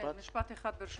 כן, משפט אחד, ברשותך,